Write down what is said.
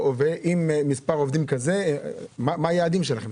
מה היעדים שלכם?